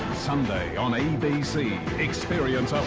sunday, on abc, experience um